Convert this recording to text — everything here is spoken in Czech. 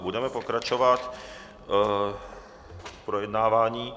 Budeme pokračovat v projednávání.